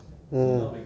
see again